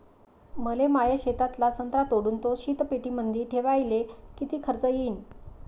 मले माया शेतातला संत्रा तोडून तो शीतपेटीमंदी ठेवायले किती खर्च येईन?